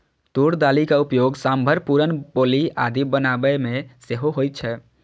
तूर दालिक उपयोग सांभर, पुरन पोली आदि बनाबै मे सेहो होइ छै